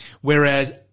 Whereas